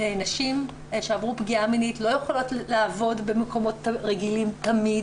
נשים שעברו פגיעה מינית לא יכולות לעבוד במקומות רגילים תמיד,